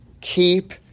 Keep